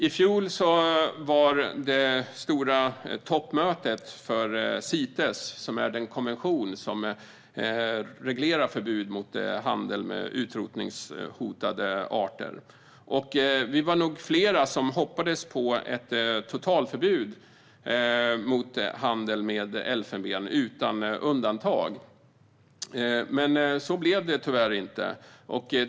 I fjol hölls det stora toppmötet för Cites, den konvention som reglerar förbud mot handel med utrotningshotade arter. Vi var nog flera som hoppades på ett totalförbud mot handel med elfenben utan undantag, men så blev det tyvärr inte.